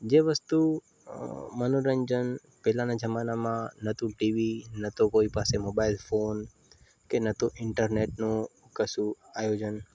જે વસ્તુ મનોરંજન પહેલાંના જમાનામાં નહોતું ટીવી નહોતો કોઈ પાસે મોબાઈલ ફોન કે ન હતું ઈન્ટરનેટનું કશું આયોજન